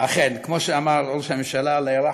אכן, כמו שאמר ראש הממשלה, אללה ירחמו,